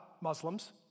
Muslims